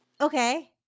Okay